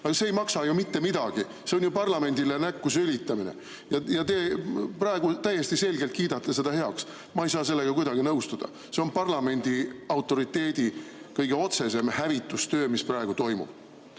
aga see ei maksa ju mitte midagi. See on ju parlamendile näkku sülitamine ja te praegu täiesti selgelt kiidate selle heaks. Ma ei saa sellega kuidagi nõustuda. See on parlamendi autoriteedi kõige otsesem hävitustöö, mis praegu toimub.